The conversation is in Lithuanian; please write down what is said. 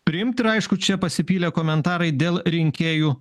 priimt ir aišku čia pasipylė komentarai dėl rinkėjų